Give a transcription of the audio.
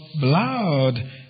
blood